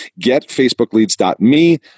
Getfacebookleads.me